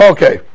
Okay